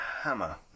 Hammer